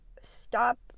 stop